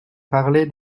parlaient